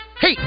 Hey